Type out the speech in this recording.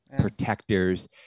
protectors